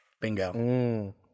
Bingo